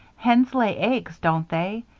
hens lay eggs, don't they?